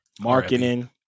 Marketing